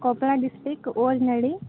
Koppal district Ojanalli